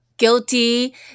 guilty